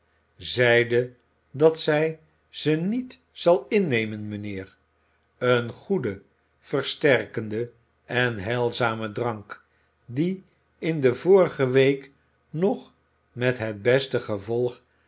zeide dat zij ze niet zal innemen mijnheer een goede versterkende en heilzame drank die in de vorige week nog met het beste gevolg